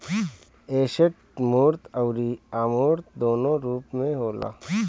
asset मूर्त अउरी अमूर्त दूनो रूप में होला